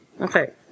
Okay